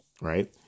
right